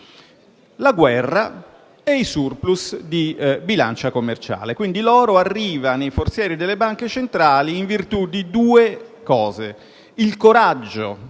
la guerra e i *surplus* di bilancia commerciale. Quindi l'oro arriva nei forzieri delle banche centrali in virtù di due cose: il coraggio